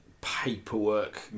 paperwork